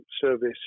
service